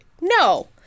no